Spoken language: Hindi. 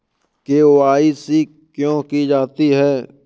के.वाई.सी क्यों की जाती है?